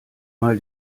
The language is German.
mal